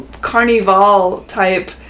carnival-type